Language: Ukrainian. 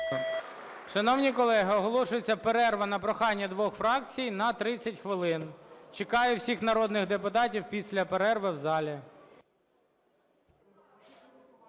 Шановні колеги, оголошується перерва на прохання двох фракцій на 30 хвилин. Чекаю всіх народних депутатів після перерви в залі.